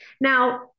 Now